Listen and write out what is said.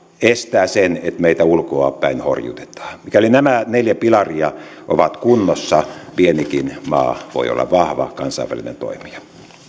estää sen että meitä ulkoapäin horjutetaan mikäli nämä neljä pilaria ovat kunnossa pienikin maa voi olla vahva kansainvälinen toimija